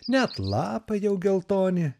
net lapai jau geltoni